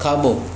खाॿो